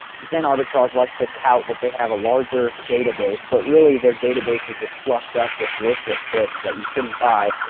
zen arbitrage likes to tout that they have a larger database but really their databases just fluffed up with worthless books that you shouldn't buy.